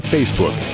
Facebook